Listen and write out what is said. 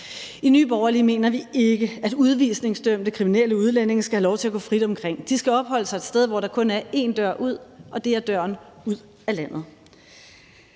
I Nye Borgerlige mener vi ikke, at udvisningsdømte kriminelle udlændinge skal have lov til at gå frit omkring. De skal opholde sig et sted, hvor der kun er én dør ud, og det er døren ud af landet.